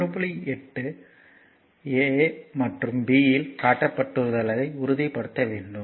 8 a மற்றும் b இல் காட்டப்பட்டுள்ளதை உறுதிப்படுத்த வேண்டும்